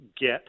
get